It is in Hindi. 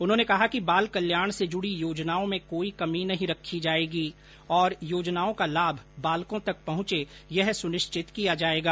उन्होंने कहा कि बाल कल्याण से जुड़ी योजनाओं में कोई कमी नहीं रखी जाएगी और योजनाओं का लाभ बालकों तक पहुंचे यह सुनिश्चित किया जाएगा